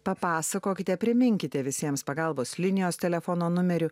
papasakokite priminkite visiems pagalbos linijos telefono numeriu